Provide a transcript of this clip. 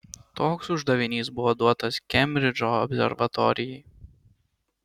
toks uždavinys buvo duotas kembridžo observatorijai